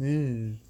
!ee!